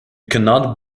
cannot